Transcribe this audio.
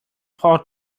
port